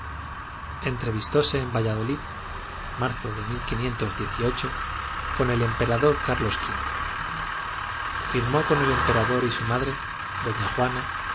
que iban por el cabo de buena esperanza entrevistóse en valladolid con el emperador carlos v firmó con el emperador y su madre d juana